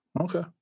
Okay